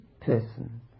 person